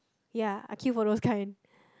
ya I queue for those kind